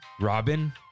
Robin